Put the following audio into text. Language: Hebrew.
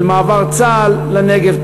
של מעבר צה"ל לנגב,